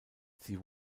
sie